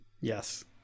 Yes